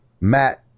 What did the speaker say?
matt